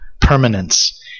permanence